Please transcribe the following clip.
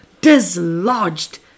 dislodged